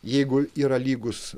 jeigu yra lygus